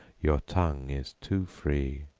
your tongue is too free!